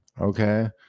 okay